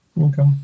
Okay